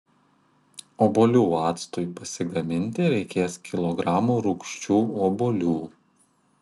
obuolių actui pasigaminti reikės kilogramo rūgščių obuolių